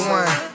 one